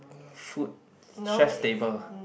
food stress table